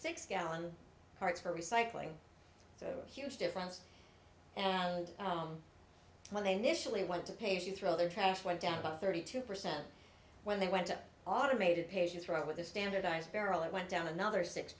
six gallon carts for recycling so huge difference and when they initially went to pay as you throw their trash went down about thirty two percent when they went to automated patients right with a standardized barrel it went down another six